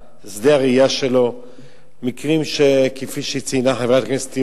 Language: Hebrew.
רוצה לומר, אנחנו מכירים מקרים מאוד קשים,